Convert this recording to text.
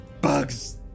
bugs